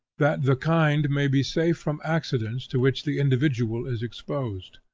that the kind may be safe from accidents to which the individual is exposed.